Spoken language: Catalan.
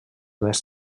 més